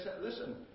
Listen